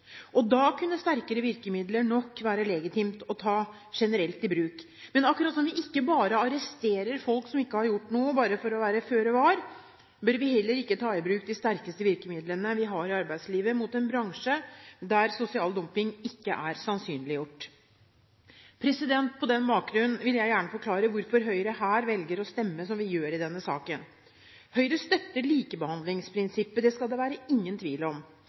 Da kunne sterkere virkemidler være legitimt å ta generelt i bruk. Men på samme måte som at vi ikke arresterer folk som ikke har gjort noe, for å være føre var, bør vi heller ikke ta i bruk de sterkeste virkemidlene vi har i arbeidslivet, mot en bransje hvor sosial dumping ikke er sannsynliggjort. På den bakgrunn vil jeg gjerne forklare hvorfor Høyre her velger å stemme som vi gjør i denne saken. Høyre støtter likebehandlingsprinsippet – det skal det ikke være noen tvil om.